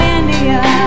India